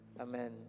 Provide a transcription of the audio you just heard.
Amen